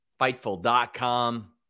Fightful.com